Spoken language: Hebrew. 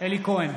אלי כהן,